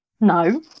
No